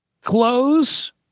Close